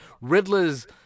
riddler's